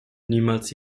niemals